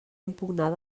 impugnar